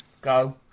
go